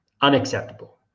Unacceptable